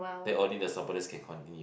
then only the subordinates can continue